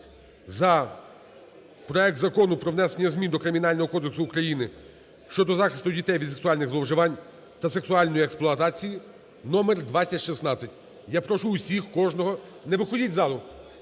за проект Закону про внесення змін до Кримінального кодексу України щодо захисту дітей від сексуальних зловживань та сексуальної експлуатації (№ 2016). Я прошу всіх, кожного, не виходіть із залу…